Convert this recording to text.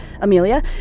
Amelia